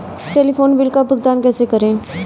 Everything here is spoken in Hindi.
टेलीफोन बिल का भुगतान कैसे करें?